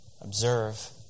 observe